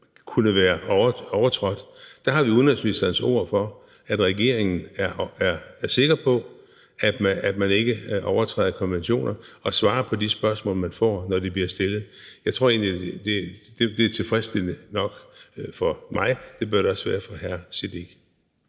kunne være overtrådt, har vi udenrigsministerens ord for, at regeringen er sikker på, at man ikke overtræder konventionerne, og at man svarer på de spørgsmål, man får, når de bliver stillet. Jeg tror egentlig, det er tilfredsstillende nok; det er det for mig, og det bør det også være for hr. Sikandar